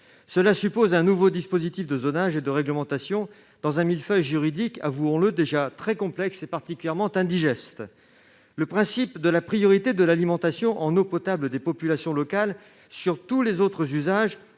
Cela suppose un nouveau dispositif de zonage et de nouvelles réglementations dans un millefeuille juridique qui est, avouons-le, déjà très complexe et particulièrement indigeste. Le principe de la priorité de l'alimentation en eau potable des populations locales sur tous les autres usages